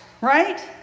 right